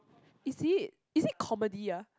is it is it comedy ah